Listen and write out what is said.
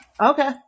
Okay